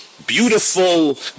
Beautiful